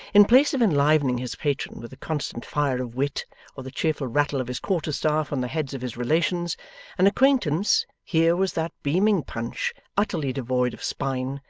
in place of enlivening his patron with a constant fire of wit or the cheerful rattle of his quarter-staff on the heads of his relations and acquaintance, here was that beaming punch utterly devoid of spine,